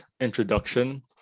introduction